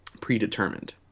predetermined